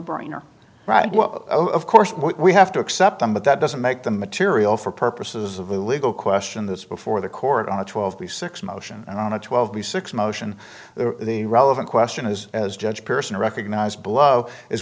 brainer right of course we have to accept them but that doesn't make the material for purposes of a legal question that's before the court on a twelve six motion and on a twelve b six motion the relevant question is as judge pearson recognized blow is